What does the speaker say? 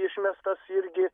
išmestas irgi